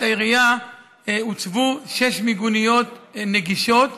העירייה הוצבו שש מיגוניות נגישות,